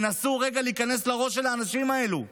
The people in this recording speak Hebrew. תנסו רגע להיכנס לראש של האנשים האלו.